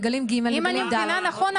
מגלים ג' -- אם אני מבינה נכון,